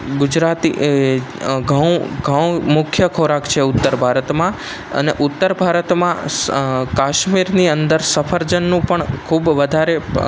ગુજરાતી ઘઉં ઘઉં મુખ્ય ખોરાક છે ઉત્તર ભારતમાં અને ઉત્તર ભારતમાં કાશ્મીરની અંદર સફરજનનું પણ ખૂબ વધારે